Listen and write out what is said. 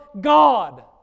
God